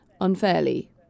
unfairly